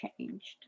changed